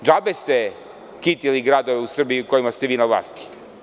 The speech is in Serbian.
Džabe ste kitili gradove u Srbiji, u kojima ste vi na vlasti.